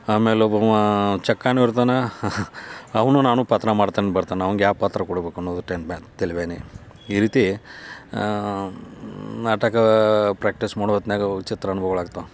ಆಮೇಲೆ ಒಬ್ಬುವ ಚಕ್ಕನೂ ಇರ್ತಾನೆ ಅವನೂ ನಾನೂ ಪಾತ್ರ ಮಾಡ್ತಾನೆ ಬರ್ತಾನ ಅವ್ನ್ಗೆ ಯಾವ ಪಾತ್ರ ಕೊಡ್ಬೇಕು ಅನ್ನುವುದು ತೆಲಿ ಬ್ಯಾ ತೆಲಿ ಬೇನಿ ಈ ರೀತಿ ನಾಟಕ ಪ್ರ್ಯಾಕ್ಟಿಸ್ ಮಾಡು ಹೊತ್ತಿನಾಗ ವಿಚಿತ್ರ ಅನುಭವಗಳು ಆಗ್ತಾವೆ